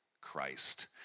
Christ